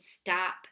stop